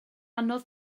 anodd